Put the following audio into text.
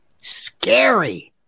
scary